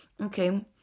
okay